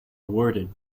awarded